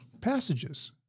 passages